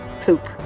Poop